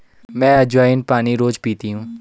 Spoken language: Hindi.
मैं अज्वाइन पानी रोज़ पीती हूँ